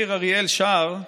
מאיר אריאל שר: